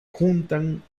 juntan